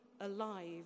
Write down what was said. alive